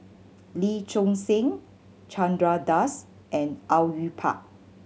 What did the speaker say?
Lee Choon Seng Chandra Das and Au Yue Pak